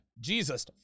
Jesus